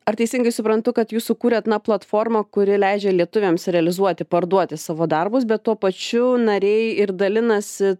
ar teisingai suprantu kad jūs sukūrėt platformą kuri leidžia lietuviams realizuoti parduoti savo darbus bet tuo pačiu nariai ir dalinasi